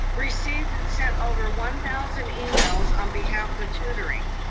received and sent over one thousand emails on behalf of tutoring.